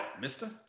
mister